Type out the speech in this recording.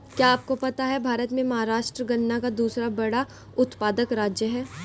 क्या आपको पता है भारत में महाराष्ट्र गन्ना का दूसरा बड़ा उत्पादक राज्य है?